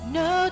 no